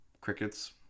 Crickets